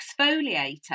exfoliator